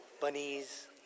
bunnies